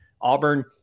Auburn